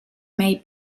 may